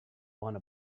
want